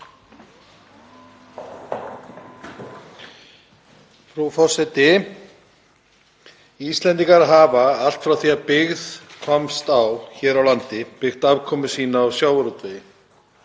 SPEECH_BEGIN Íslendingar hafa allt frá því að byggð komst á hér á landi byggt afkomu sína á sjávarútvegi.